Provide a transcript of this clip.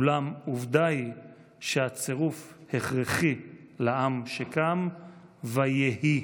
אולם עובדה היא שהצירוף הכרחי לעם שקם ויהי".